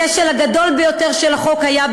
הכשל הגדול ביותר של החוק היה,